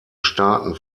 staaten